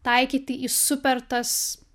taikyti į super tas